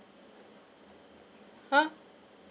!huh!